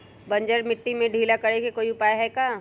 बंजर मिट्टी के ढीला करेके कोई उपाय है का?